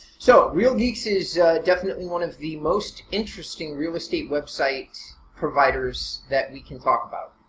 so real geeks is definitely one of the most interesting real estate website providers that we can talk about.